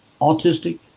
autistic